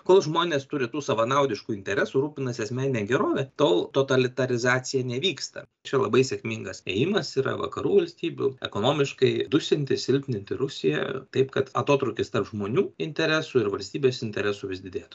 kol žmonės turi tų savanaudiškų interesų rūpinasi asmenine gerove tol totalitarizacija nevyksta čia labai sėkmingas ėjimas yra vakarų valstybių ekonomiškai dusinti silpninti rusiją taip kad atotrūkis tarp žmonių interesų ir valstybės interesų vis didėtų